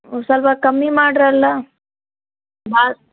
ಸ್ವಲ್ಪ ಕಮ್ಮಿ ಮಾಡ್ರಲ್ಲಾ ಮಾ